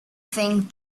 think